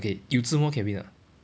okay you 自摸 can win or not